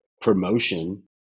promotion